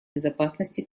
безопасности